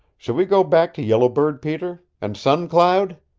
shall we go back to yellow bird, peter? and sun cloud?